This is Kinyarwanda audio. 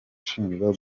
ushinjwa